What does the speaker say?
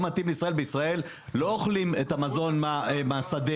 בישראל הפרות לא אוכלות את המזון מהשדה,